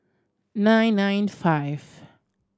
nine nine five